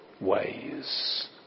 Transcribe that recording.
ways